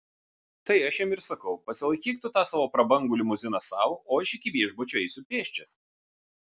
tai aš jam ir sakau pasilaikyk tu tą savo prabangu limuziną sau o aš iki viešbučio eisiu pėsčias